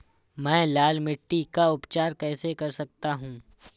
मैं लाल मिट्टी का उपचार कैसे कर सकता हूँ?